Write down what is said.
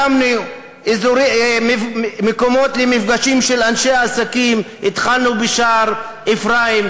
הקמנו מקומות למפגשים של אנשי עסקים התחלנו בשער-אפרים,